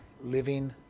living